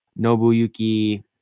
Nobuyuki